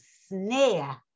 snare